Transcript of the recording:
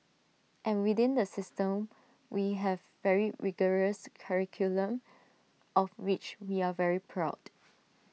and within the system we have very rigorous curriculum of which we are very proud